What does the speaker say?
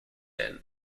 end